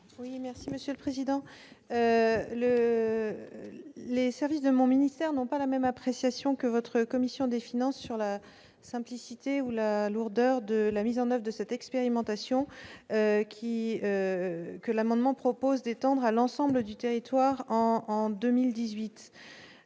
du Gouvernement ? Les services de mon ministère ne portent pas la même appréciation que la commission des finances du Sénat sur la simplicité ou la lourdeur de la mise en oeuvre de cette expérimentation, que l'amendement tend à étendre à l'ensemble du territoire en 2018.